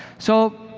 so